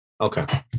Okay